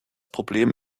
problem